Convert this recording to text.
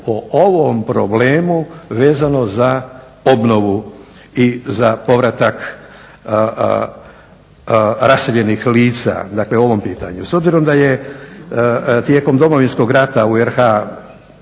o ovom problemu vezano za obnovu i za povratak raseljenih lica dakle o ovom pitanju. S obzirom da je tijekom Domovinskog rata u RH